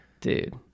Dude